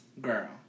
girl